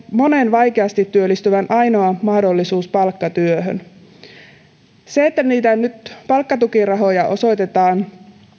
monen vaikeasti työllistyvän ainoa mahdollisuus palkkatyöhön se että nyt palkkatukirahoja osoitetaan